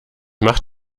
mach